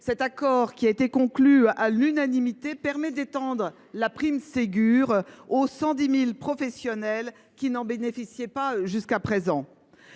Cet accord, qui a été conclu à l’unanimité, permet d’étendre la prime Ségur aux 110 000 professionnels qui n’en bénéficiaient pas jusqu’à présent.